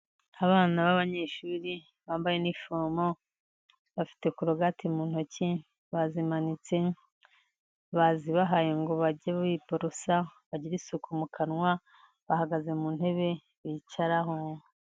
Abana b'abanyeshuri bambaye inifomo, bafite korogati mu ntoki bazimanitse, bazibahaye ngo bajye biborosa bagire isuku mu kanwa, bahagaze mu ntebe bicaraho,